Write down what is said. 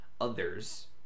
others